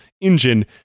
engine